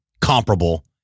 comparable